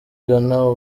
ghana